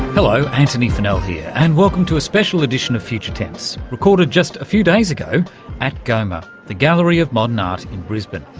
hello, antony funnell here, and welcome to a special edition of future tense, recorded just a few days ago at goma, the gallery of modern art in brisbane,